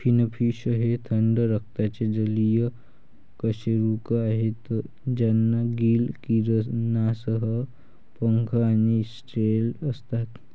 finfish हे थंड रक्ताचे जलीय कशेरुक आहेत ज्यांना गिल किरणांसह पंख आणि स्केल असतात